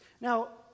Now